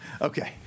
Okay